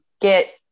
get